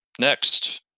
next